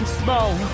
small